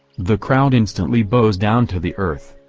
the crowd instantly bows down to the earth,